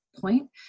point